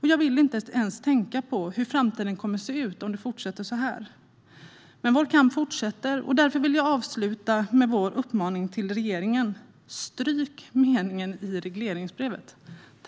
Jag vill inte ens tänka på hur framtiden kommer att se ut om det fortsätter så här. Men vår kamp fortsätter, och därför vill jag avsluta med vår uppmaning till regeringen: Stryk meningen i regleringsbrevet!